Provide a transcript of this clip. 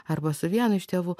arba su vienu iš tėvų